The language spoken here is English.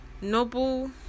Noble